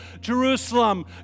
Jerusalem